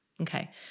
Okay